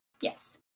Yes